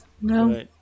No